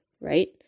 right